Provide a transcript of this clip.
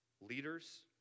leaders